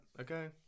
okay